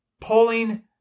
pulling